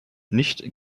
nicht